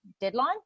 deadline